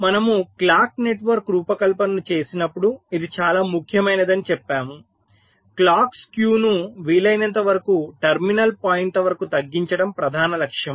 మనము clock network రూపకల్పన చేసేటప్పుడు ఇది చాలా ముఖ్యమైనదని చెప్పాము క్లాక్స్ skew ను వీలైనంత వరకు టెర్మినల్ పాయింట్ల వరకు తగ్గించడం ప్రధాన లక్ష్యం